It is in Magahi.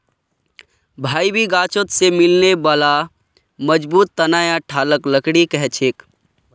कोई भी गाछोत से मिलने बाला मजबूत तना या ठालक लकड़ी कहछेक